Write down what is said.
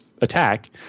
attack